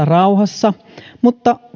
rauhassa mutta